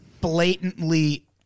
blatantly